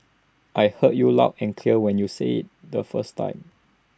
I heard you loud and clear when you said IT the first time